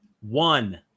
One